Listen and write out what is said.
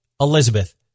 Elizabeth